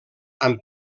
amb